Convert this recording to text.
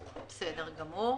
בסדר גמור.